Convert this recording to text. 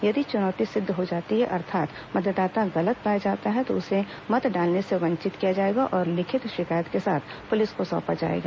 यदि चुनौती सिद्ध हो जाती है अर्थात मतदाता गलत पाया जाता है तो उसे मत डालने से वंचित किया जाएगा और लिखित शिकायत के साथ पुलिस को सौंपा जाएगा